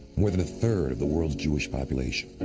more than a third of the world's jewish population.